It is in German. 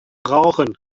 brauchen